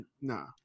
nah